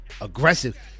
aggressive